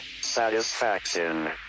satisfaction